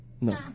No